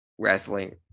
wrestling